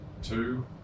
Two